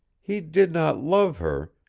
he did not love her,